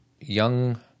young